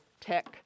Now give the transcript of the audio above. tech